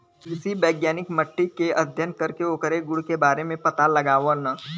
कृषि वैज्ञानिक मट्टी के अध्ययन करके ओकरे गुण के बारे में पता लगावलन